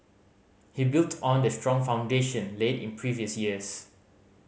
he built on the strong foundation laid in previous years